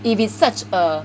if it's such a